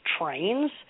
trains